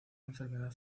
enfermedad